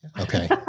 okay